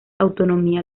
autonomía